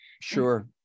Sure